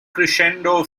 crescendo